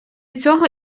цього